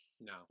no